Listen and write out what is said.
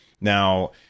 Now